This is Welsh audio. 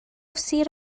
sir